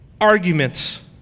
arguments